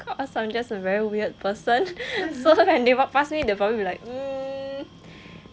cause I'm just a very weird person so when they walk past me they will probably be like mm